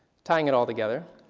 tying it all together,